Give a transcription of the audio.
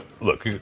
look